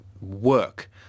work